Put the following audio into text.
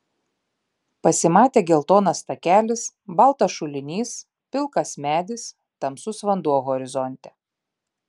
pasimatė geltonas takelis baltas šulinys pilkas medis tamsus vanduo horizonte